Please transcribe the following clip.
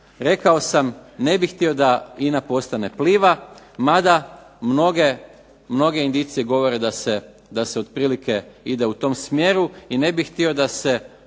Rekao sam ne bih htio da INA postane Pliva mada mnoge indicije govore da se otprilike ide u tom smjeru i ne bih htio da se